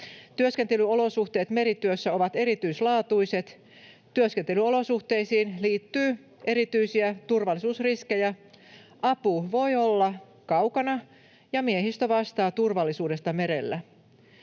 Työskentelyolosuhteet merityössä ovat erityislaatuiset. Työskentelyolosuhteisiin liittyy erityisiä turvallisuusriskejä. Apu voi olla kaukana, ja miehistö vastaa turvallisuudesta merellä.